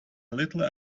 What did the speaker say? little